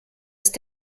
ist